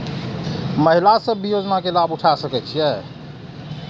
महिला सब भी योजना के लाभ उठा सके छिईय?